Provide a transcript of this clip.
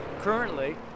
currently